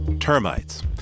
Termites